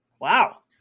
Wow